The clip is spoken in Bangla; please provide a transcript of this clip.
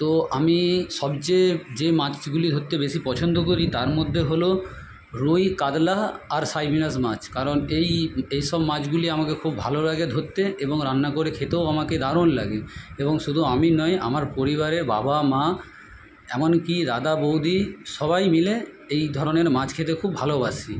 তো আমি সবচেয়ে যে মাছগুলি ধরতে বেশি পছন্দ করি তার মধ্যে হল রুই কাতলা আর সাইপ্রিনাস মাছ কারণ এই এইসব মাছগুলি আমাকে খুব ভালো লাগে ধরতে এবং রান্না করে খেতেও আমাকে দারুন লাগে এবং শুধু আমি নয় আমার পরিবারের বাবা মা এমনকি দাদা বৌদি সবাই মিলে এই ধরনের মাছ খেতে খুব ভালোবাসি